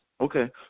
okay